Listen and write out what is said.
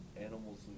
animals